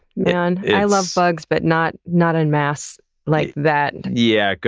man. i love bugs, but not not en masse like that. yeah.